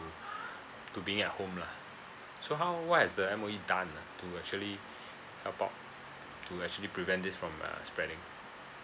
to being at home lah so how what has the M_O_E done ah to actually help out to actually prevent this from uh spreading